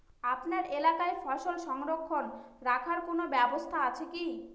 আপনার এলাকায় ফসল সংরক্ষণ রাখার কোন ব্যাবস্থা আছে কি?